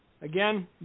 Again